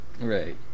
Right